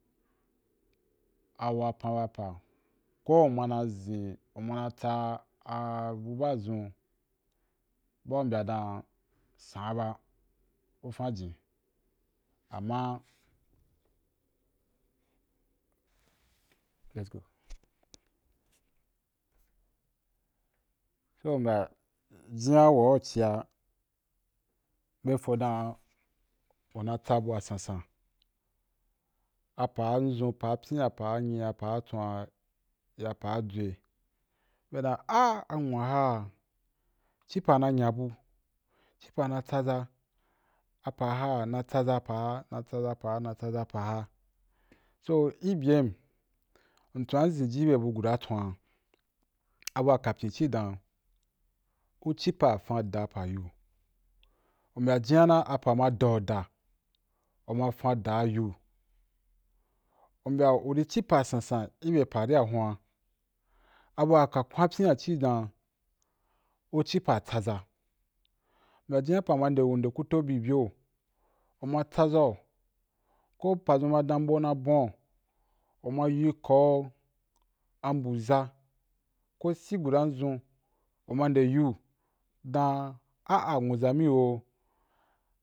A wapan ba pa, ko u mana zin u mana tsa a bu ba zun bu ba u mbya dan san ba u fan jin ama, let's go so u mbya jinya wa u cia be fo dan u na tsa bu a sansan a pa a zun pa pyi’a, pa nyi’a, pa twan ya pa a dzwa be dan a ti a nwu’a ci a na nyabu, ci pa na tsaza apa ha na tsana pa, na tsaza pa, na tsaza pa ha so i mbyam nchon a nzinji i bya bya bu guda a twan a bua capyin ci dan u ci pa fan dah pa ui u mbya jinya na apa ma dau-da u ma fan da yu, u mbya uri ci pa sansan i be pa ri a hun’a a bua ka kwan pyi’a ci dan u ci pa tsaza u mbya jinya pa ma nde, deku to bi be’u, u ma tsaza’u ko pa zun ma dan mbo na bwau u ma yi kau ambu-za ko sie guda nzun u ma nde yu da an ah nwuza rai o.